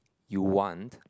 you want